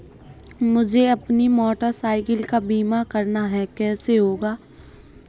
मुझे अपनी motor cycle का बीमा करना है कैसे होगा?